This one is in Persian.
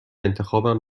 انتخابم